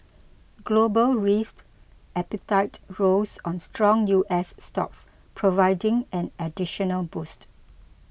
global risked appetite rose on strong U S stocks providing an additional boost